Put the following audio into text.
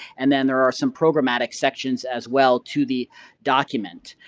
and then there are some programmatic sections as well to the document.